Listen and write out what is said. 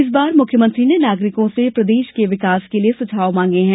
इस बार मुख्यमंत्री ने नागरिकों से प्रदेश के विकास के लिये सुझाव मांगे हैं